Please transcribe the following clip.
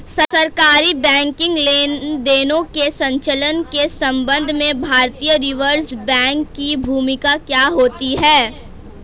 सरकारी बैंकिंग लेनदेनों के संचालन के संबंध में भारतीय रिज़र्व बैंक की भूमिका क्या होती है?